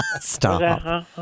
Stop